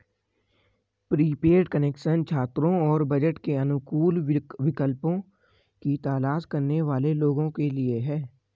prepaid connection छात्रों और budget के अनुकूल विकल्पों की तलाश करने वाले लोगों के लिए है